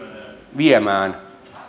viemään